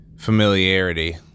Familiarity